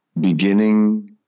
beginning